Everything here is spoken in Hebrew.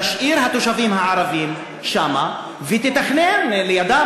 תשאיר התושבים הערבים שם ותתכנן לידם,